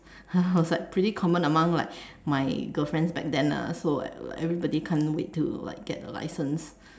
I was like pretty common among like my girlfriends back then lah so like everybody can't wait to like get a license